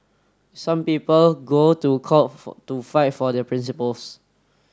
some people go to court to fight for their principles